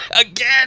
Again